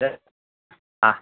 দে আ